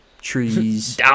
trees